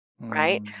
right